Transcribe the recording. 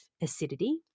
acidity